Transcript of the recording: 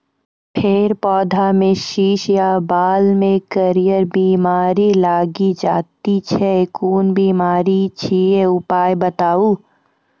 फेर पौधामें शीश या बाल मे करियर बिमारी लागि जाति छै कून बिमारी छियै, उपाय बताऊ?